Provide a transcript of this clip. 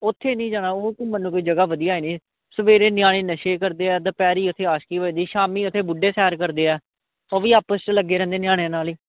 ਉੱਥੇ ਨਹੀਂ ਜਾਣਾ ਉਹ ਘੁੰਮਣ ਨੂੰ ਕੋਈ ਜਗ੍ਹਾ ਵਧੀਆ ਹੈ ਨਹੀਂ ਸਵੇਰੇ ਨਿਆਣੇ ਨਸ਼ੇ ਕਰਦੇ ਆ ਦੁਪਹਿਰੀ ਉੱਥੇ ਆਸ਼ਕੀ ਹੋ ਜਾਂਦੀ ਸ਼ਾਮੀ ਉੱਥੇ ਬੁੱਢੇ ਸੈਰ ਕਰਦੇ ਆ ਉਹ ਵੀ ਆਪਸ 'ਚ ਲੱਗੇ ਰਹਿੰਦੇ ਨਿਆਣਿਆਂ ਨਾਲ ਹੀ